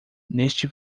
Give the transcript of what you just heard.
neste